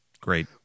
great